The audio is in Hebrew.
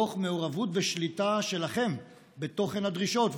תוך מעורבות ושליטה שלכם בתוכן הדרישות,